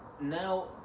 now